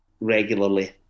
regularly